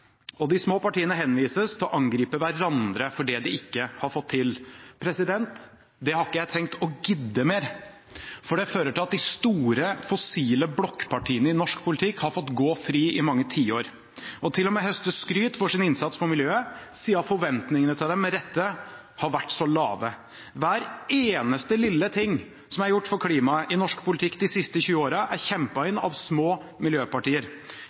de små partiene. De små partiene henvises til å angripe hverandre for det de ikke har fått til. Det har ikke jeg tenkt å gidde mer, for det har ført til at de store fossile blokkpartiene i norsk politikk har fått gå fri i mange tiår, og til og med høstet skryt for sin innsats for miljøet siden forventningene til dem med rette har vært så lave. Hver eneste lille ting som er gjort for klimaet i norsk politikk de siste tjue årene, er kjempet inn av små miljøpartier.